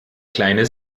kleine